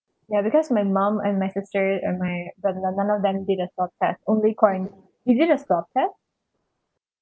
ya because my mum and my sister and my brother-in-law none of them did a swab test only quaran~ you did a swab test